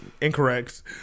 Incorrect